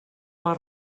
les